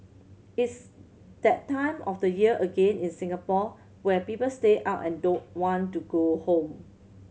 it's that time of the year again in Singapore where people stay out and don't want to go home